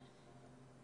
שגב,